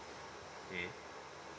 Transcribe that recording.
mm